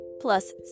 plus